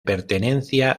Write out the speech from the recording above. pertenencia